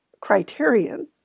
criterion